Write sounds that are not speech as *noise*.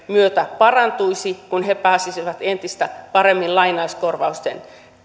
*unintelligible* myötä parantuisi kun he pääsisivät entistä paremmin lainauskorvausten